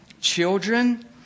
Children